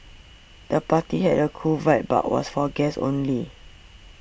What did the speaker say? the party had a cool vibe but was for guests only